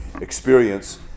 experience